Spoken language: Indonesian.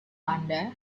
anda